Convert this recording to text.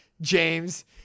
James